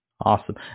Awesome